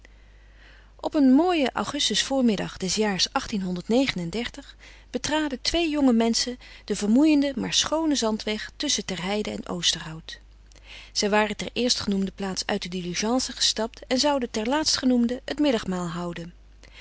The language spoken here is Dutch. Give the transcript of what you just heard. op een mooien augustusvoormiddag des jaars betraden twee jonge menschen den vermoeienden maar schoonen zandweg tusschen terheide en oosterhout zij waren ter eerstgenoemde plaats uit de diligence gestapt en zouden ter laatstgenoemde het middagmaal houden